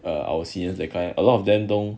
err our seniors that kind of a lot of them don't